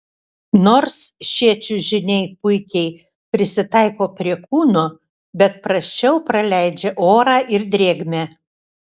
nors šie čiužiniai puikiai prisitaiko prie kūno bet prasčiau praleidžia orą ir drėgmę